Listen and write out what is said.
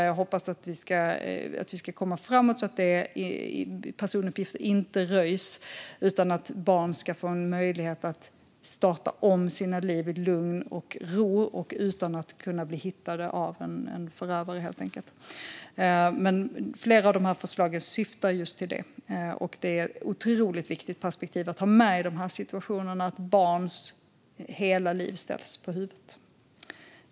Jag hoppas att vi ska komma framåt så att personuppgifter inte röjs, utan att barnen ska få en möjlighet att starta om sina liv i lugn och ro och utan att kunna bli hittade av en förövare. Flera av förslagen syftar just till detta. Det är ett otroligt viktigt perspektiv att ha med att barns hela liv ställs på huvudet i den här situationen.